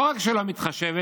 ולא רק שלא מתחשבת,